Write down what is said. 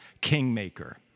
kingmaker